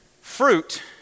fruit